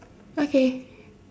okay